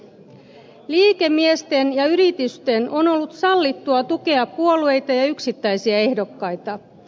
liikemiesten ja yritysten on ollut sallittua tukea puolueita ja yksittäisiä ehdokkaita